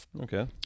Okay